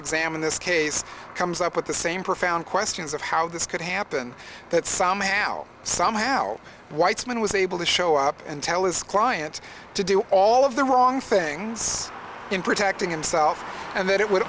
examine this case comes up with the same profound questions of how this could happen that somehow somehow weitzman was able to show up and tell his client to do all of the wrong thing in protecting himself and that it would